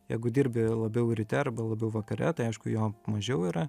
jeigu dirbi labiau ryte arba labiau vakare tai aišku jo mažiau yra